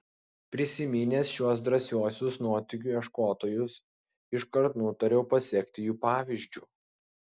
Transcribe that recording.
prisiminęs šiuos drąsiuosius nuotykių ieškotojus iškart nutariau pasekti jų pavyzdžiu